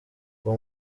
uwo